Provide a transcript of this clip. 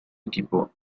equipo